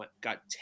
got